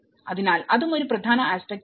അതിനാൽ അതും ഒരു പ്രധാന ആസ്പെക്ട് ആണ്